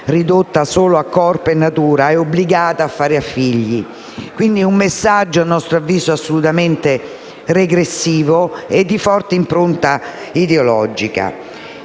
ridotta solo a corpo e natura e obbligata a fare figli. Si tratta, quindi, di un messaggio a nostro avviso assolutamente regressivo e di forte impronta ideologica.